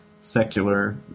secular